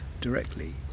directly